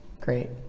Great